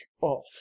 off